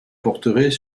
porterait